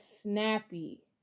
snappy